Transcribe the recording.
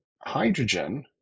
hydrogen